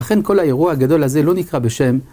אכן כל האירוע הגדול הזה לא נקרא בשם,